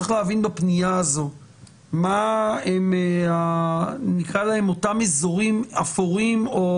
צריך להבין בפנייה הזאת מה הם אותם אזורים אפורים או